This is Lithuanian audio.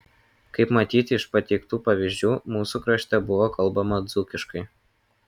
kaip matyti iš patiektų pavyzdžių mūsų krašte buvo kalbama dzūkiškai